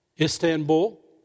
Istanbul